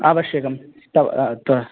आवश्यकं तव त